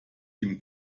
dem